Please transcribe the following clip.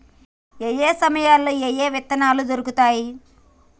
ఏయే సమయాల్లో ఏయే రకమైన విత్తనాలు దొరుకుతాయి?